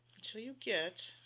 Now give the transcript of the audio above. until you get